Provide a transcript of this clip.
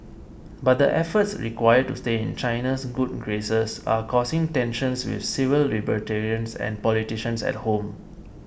but the efforts required to stay in China's good graces are causing tensions with civil libertarians and politicians at home